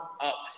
up